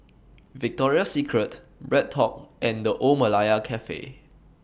Victoria Secret BreadTalk and The Old Malaya Cafe